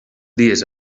dies